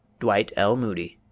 dwight l. moody.